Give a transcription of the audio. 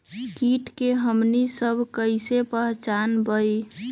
किट के हमनी सब कईसे पहचान बई?